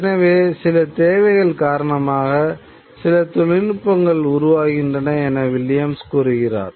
எனவே சில தேவைகள் காரணமாக சில தொழில்நுட்பங்கள் உருவாகின்றன என வில்லியம்ஸ் கூறுகிறார்